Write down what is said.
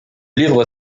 livre